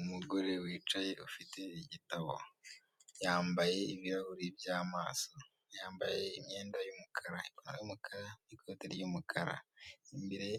Umugore wicaye ufite igitabo, yambaye ibirahuri by'amaso, yambaye imyenda y'umukara, ipantaro y'umukara n'ikoti ry'umukara, imbere